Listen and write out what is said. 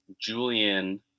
julian